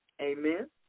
Amen